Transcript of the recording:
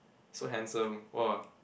so handsome !wah!